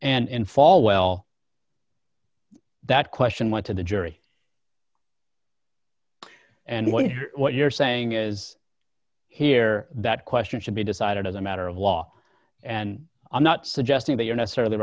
and falwell that question went to the jury and what what you're saying is here that question should be decided as a matter of law and i'm not suggesting that you're necessarily